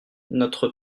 notre